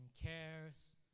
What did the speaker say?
cares